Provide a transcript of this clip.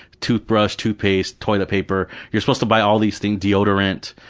toothbrush, toothpaste, toilet paper, you're supposed to buy all these things, deodorant,